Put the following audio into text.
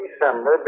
December